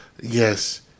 Yes